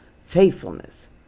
faithfulness